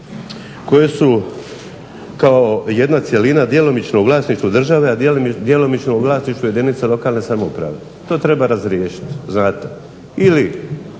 koje su kao jedna cjelina djelomično u vlasništvu države a djelomično u vlasništvu jedinice lokalne samouprave, to treba razriješiti. Kako